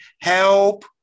help